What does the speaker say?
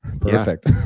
perfect